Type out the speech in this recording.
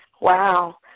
Wow